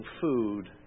food